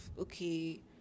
okay